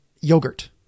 yogurt